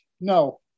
no